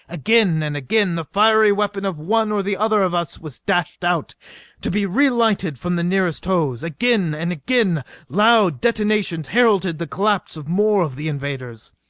again and again the fiery weapon of one or the other of us was dashed out to be re-lighted from the nearest hose. again and again loud detonations heralded the collapse of more of the invaders.